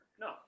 No